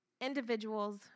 individuals